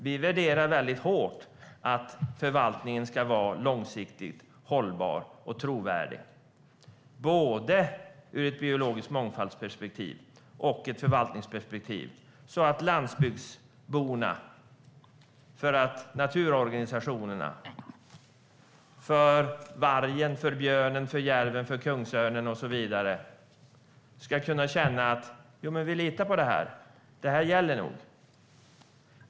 Vi värderar högt att förvaltningen ska vara långsiktigt hållbar och trovärdig både ur ett perspektiv rörande den biologiska mångfalden och ur ett förvaltningsperspektiv så att landsbygdsborna, naturorganisationerna, vargen, björnen, järven, kungsörnen och så vidare ska kunna känna: Vi litar på det här; det här gäller nog.